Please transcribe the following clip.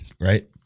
right